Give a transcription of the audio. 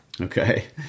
Okay